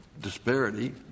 disparity